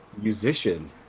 musician